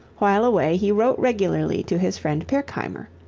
while away he wrote regularly to his friend pirkheimer.